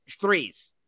threes